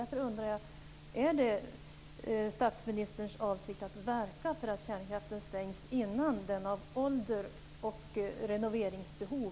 Därför undrar jag om det är statsministerns avsikt att verka för att kärnkraften stängs innan de stängs av ålder och renoveringsbehov.